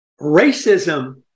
Racism